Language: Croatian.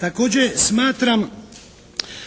Također smatram